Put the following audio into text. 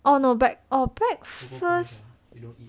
oh no break~ breakfast